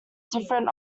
different